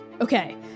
Okay